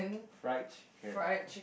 fried chicken